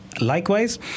Likewise